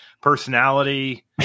personality